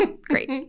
Great